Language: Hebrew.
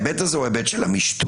זה של המשטור.